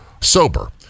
sober